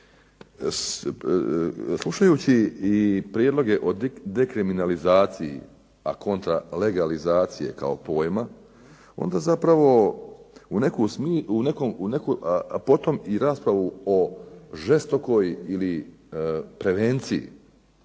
Slušajući i prijedloge o dekriminalizaciji, a kontra legalizacije kao pojma, onda zapravo potom i raspravu o žestokoj prevenciji,